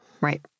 Right